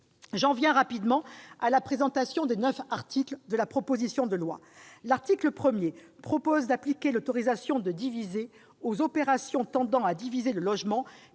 J'en viens rapidement à la présentation des 9 articles de la proposition de loi. L'article 1 prévoit d'appliquer l'autorisation de diviser aux opérations tendant à diviser le logement,